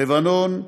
לבנון,